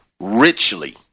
richly